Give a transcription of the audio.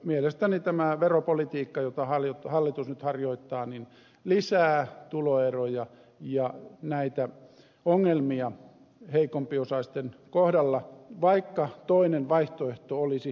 mielestäni tämä veropolitiikka jota hallitus nyt harjoittaa lisää tuloeroja ja näitä ongelmia heikompiosaisten kohdalla vaikka toinen vaihtoehto olisi mahdollinen